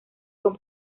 con